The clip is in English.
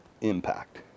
impact